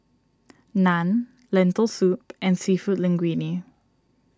Naan Lentil Soup and Seafood Linguine